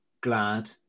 glad